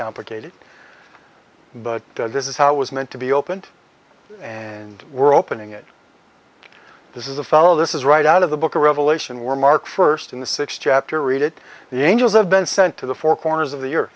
complicated but this is how it was meant to be opened and we're opening it this is a fellow this is right out of the book of revelation where mark first in the six chapter read it the angels have been sent to the four corners of the year